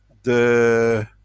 the